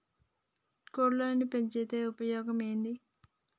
కోళ్లని పెంచితే ఉపయోగం ఏంది?